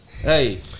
Hey